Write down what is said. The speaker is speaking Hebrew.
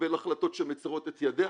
לקבל החלטות שמצרות את ידיה,